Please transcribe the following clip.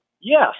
Yes